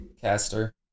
caster